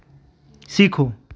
सीखो